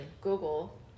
Google